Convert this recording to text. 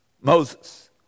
Moses